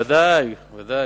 ודאי, ודאי.